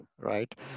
right